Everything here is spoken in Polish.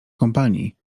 kompanii